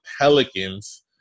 Pelicans